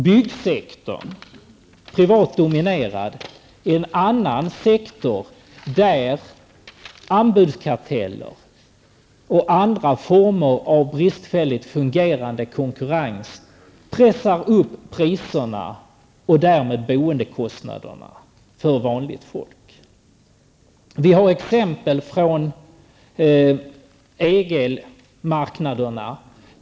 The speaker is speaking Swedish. Byggsektorn, privat dominerad, är en annan sektor där anbudskarteller och andra former av bristfälligt fungerande konkurrens pressar upp priserna och därmed boendekostnaderna för vanligt folk. Vi har exempel från EG-marknaderna.